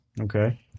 Okay